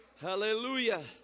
Hallelujah